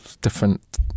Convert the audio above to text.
different